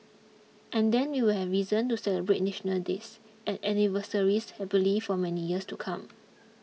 and then we'll have reason to celebrate National Days and anniversaries happily for many years to come